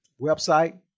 website